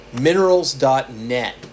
minerals.net